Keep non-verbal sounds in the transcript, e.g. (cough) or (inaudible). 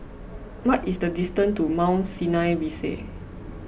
(noise) what is the distance to Mount Sinai Rise